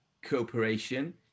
cooperation